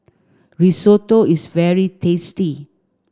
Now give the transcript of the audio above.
Risotto is very tasty